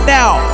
now